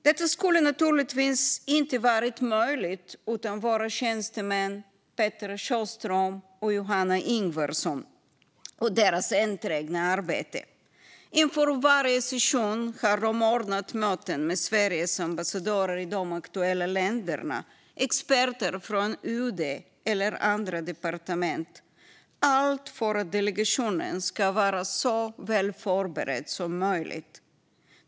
Detta skulle naturligtvis inte varit möjligt utan våra tjänstemän Petra Sjöströms och Johanna Ingvarssons enträgna arbete. Inför varje session har de ordnat möten med Sveriges ambassadörer i de aktuella länderna, experter från UD eller andra departement. Allt för att delegationen ska vara så väl förberedd som möjligt.